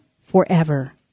forever